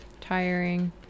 Tiring